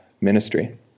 ministry